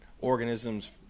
organisms